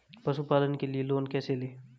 पशुपालन के लिए लोन कैसे लें?